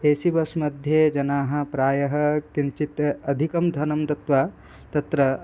ए C bus मध्ये जनाः प्रायः किञ्चित् अधिकं धनं दत्वा तत्र